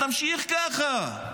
נמשיך ככה.